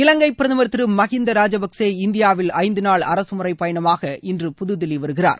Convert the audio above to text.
இலங்கை பிரதமர் திரு மஹிந்த ராஜபக்சே இந்தியாவில் ஐந்து நாள் அரகமுறை பயணமாக இன்று புதுதில்லி வருகிறார்